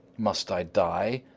must i die,